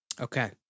Okay